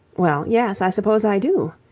well, yes, i suppose i do.